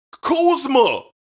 Kuzma